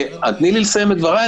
תני לי לסיים את דבריי.